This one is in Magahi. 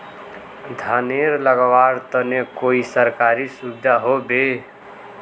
धानेर लगवार तने कोई सरकारी सुविधा होबे?